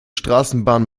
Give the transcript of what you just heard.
straßenbahn